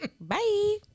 Bye